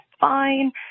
fine